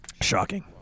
Shocking